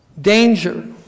danger